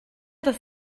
dass